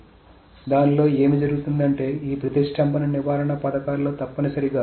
కాబట్టి దానిలో ఏమి జరుగుతుంది అంటే ఈ ప్రతిష్టంభన నివారణ పథకాల్లో తప్పనిసరిగా